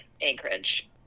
Anchorage